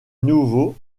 nouveau